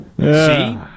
See